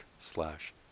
Slash